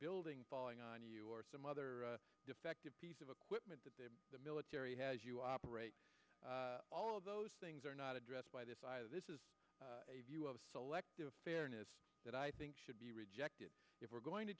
building falling on you or some other defective piece of equipment that the military has you operate all of those things are not addressed by this i this is a view of selective fairness that i think should be rejected if we're going to